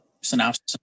synopsis